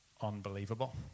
unbelievable